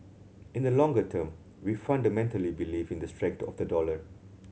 in the longer term we fundamentally believe in the strength of the dollar